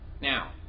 Now